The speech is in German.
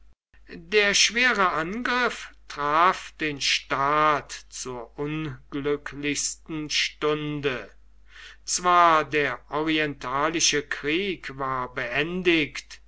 der schwere angriff traf den staat zur unglücklichsten stunde zwar der orientalische krieg war beendigt